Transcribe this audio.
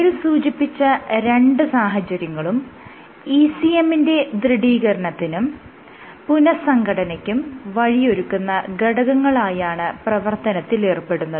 മേൽ സൂചിപ്പിച്ച രണ്ട് സാഹചര്യങ്ങളും ECM ന്റെ ദൃഢീകരണത്തിനും പുനഃസംഘടനയ്ക്കും വഴിയൊരുക്കുന്ന ഘടകങ്ങളായാണ് പ്രവർത്തനത്തിലേർപ്പെടുന്നത്